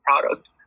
product